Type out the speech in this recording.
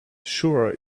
sure